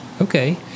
Okay